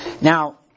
Now